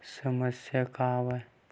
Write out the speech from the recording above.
समस्या का आवे?